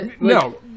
no